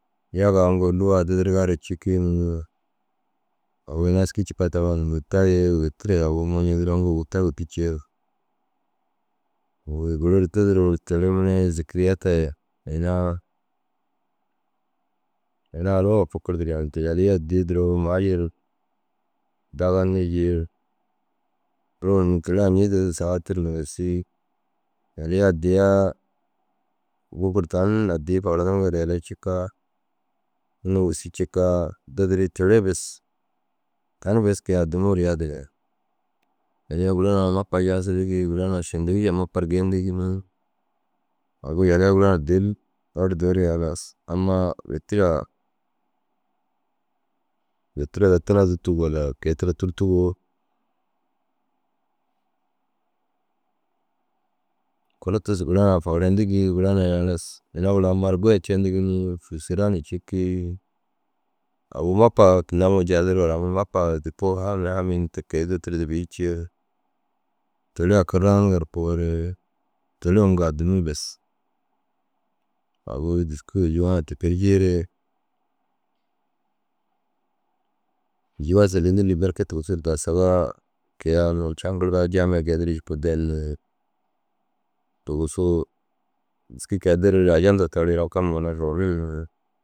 Yaga uŋgo lûwaa dudurugaare cikii ni agu ina êska cikaa taban mûta ye wôtira ye agu muncindira amma mûta wûtu ciir. Agu unnu giruu duduruu ru teere mire zêkeriyata ye ina ina anuuwa fôkordir yaani yalii addii duro maajir daganii jii ru ruur ni teere añii digisu saga tiruuna ši yaliya addiyaa wôkur tan addii faganiriga ru ina cikaa unnu wêssi cikaa dudurii teere bes tan bes kei addimuu ru yadinee. Yaliya gura na mapa jaasidigii mura na šanwiša mapa ru geendigi ni agu yaliyaa mura na dêri erdeere halas amma wêtiraa wêtira daa tira dûtug walla gei tira tûrtugoo kulo tusu gura na fagarayindigii gura na halas ina gura amma ru goyindu cendigi nii fûsira na cikii. Agu mapa tinda uŋgo caasidiriŋa ru aŋ mopa dûpo haami haami ni tikee dutirde bêi cii ru teere ai ka ranigaa ru koore teere uŋgo addimuu bes. Agu dîski ôljuwaa ŋa tikee ru jiiree ôljuwaa sîlendir ni berke tigisuu ru dau saga kei a unnu caŋgirdaa jaamiyaa geendirii jikuu den ni dugusu dîski kei deruu ru aja hundu tarii au kam ginna ruurdi ni